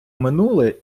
минуле